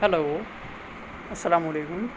hello السلام علیکم